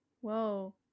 whoa